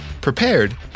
prepared